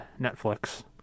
netflix